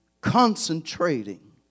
concentrating